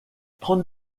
trente